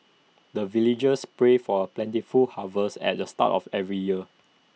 the villagers pray for plentiful harvest at the start of every year